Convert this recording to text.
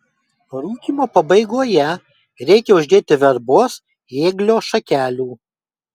rūkymo pabaigoje reikia uždėti verbos ėglio šakelių